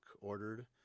ordered